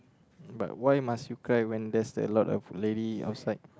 but why must you cry when there's a lot of lady outside